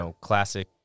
classic